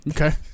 Okay